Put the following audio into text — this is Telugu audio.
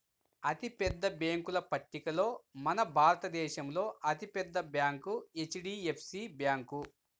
అతిపెద్ద బ్యేంకుల పట్టికలో మన భారతదేశంలో అతి పెద్ద బ్యాంక్ హెచ్.డీ.ఎఫ్.సీ బ్యాంకు